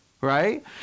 right